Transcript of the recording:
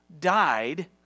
died